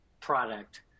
product